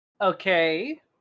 okay